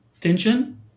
tension